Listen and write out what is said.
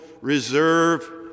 reserve